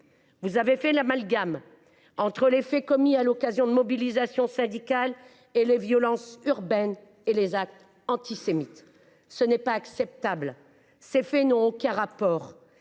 vous avez fait l’amalgame entre les faits commis à l’occasion d’une mobilisation syndicale et les violences urbaines et les actes antisémites. Ce n’est pas acceptable ! Ces faits n’ont aucun rapport